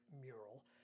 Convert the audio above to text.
mural